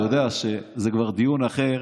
אתה יודע שזה כבר דיון אחר,